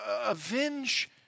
avenge